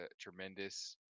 tremendous